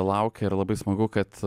laukia ir labai smagu kad